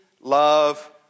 love